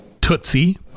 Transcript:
tootsie